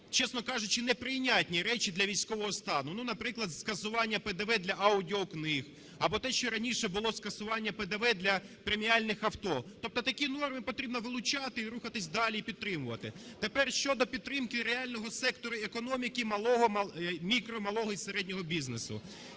чесно кажучи, неприйнятні речі для військового стану, ну, наприклад, скасування ПДВ для аудіокниг, або те, що раніше було скасування ПДВ для преміальних авто. Тобто такі норми потрібно вилучати і рухатися далі і підтримувати. Тепер щодо підтримки реального сектору економіки – малого… мікро, малого і середнього бізнесу.